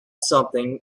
something